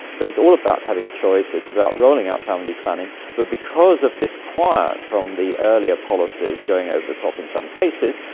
so it's all about having choice, it's about rolling out family planning. but because of this quiet from the earlier policies going over the top in some cases.